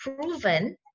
proven